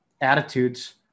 attitudes